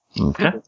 Okay